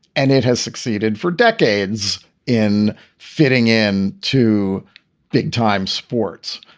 and it has succeeded for decades in fitting in to big time sports.